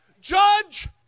Judge